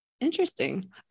interesting